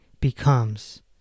becomes